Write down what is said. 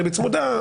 ריבית צמודה.